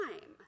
time